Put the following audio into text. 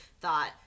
thought